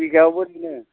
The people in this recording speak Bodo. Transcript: बिगायाव बोरैनो